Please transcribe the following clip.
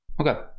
okay